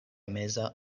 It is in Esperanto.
meza